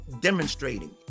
demonstrating